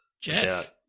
Jeff